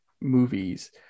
movies